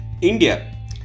India